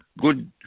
good